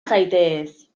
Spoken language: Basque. zaitez